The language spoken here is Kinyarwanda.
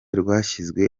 rwashyizwe